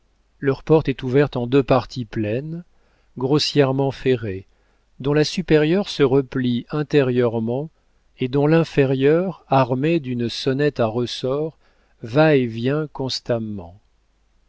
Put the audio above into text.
leur porte est ouverte en deux parties pleines grossièrement ferrées dont la supérieure se replie intérieurement et dont l'inférieure armée d'une sonnette à ressort va et vient constamment